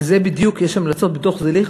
על זה בדיוק יש המלצות בדוח זליכה,